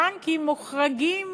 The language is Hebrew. הבנקים מוחרגים